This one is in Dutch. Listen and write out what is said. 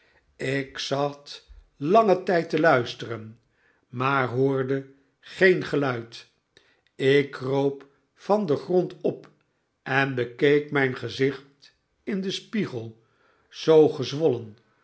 ik zat langen tijd te luisteren maar hoorde geen geluid ik kroop van den grond op en bekeek mijn gezicht in den spiegel zoo gezwollen